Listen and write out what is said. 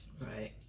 Right